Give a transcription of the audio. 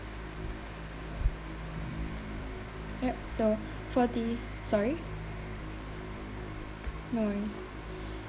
yup so for the sorry no worries